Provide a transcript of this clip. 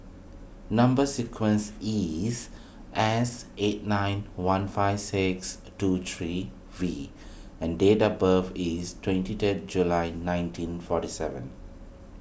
Number Sequence is S eight nine one five six two three V and date of birth is twenty third July nineteen forty seven